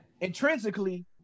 intrinsically